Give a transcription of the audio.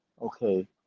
Okay